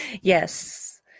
Yes